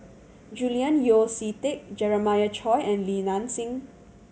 Julian Yeo See Teck Jeremiah Choy and Li Nanxing